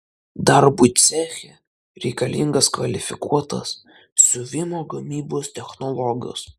darbui ceche reikalingas kvalifikuotas siuvimo gamybos technologas